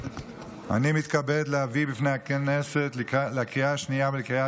אני מתכבד להביא בפני הכנסת לקריאה השנייה ולקריאה